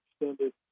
extended